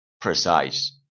precise